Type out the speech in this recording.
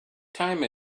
time